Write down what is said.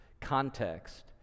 context